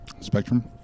Spectrum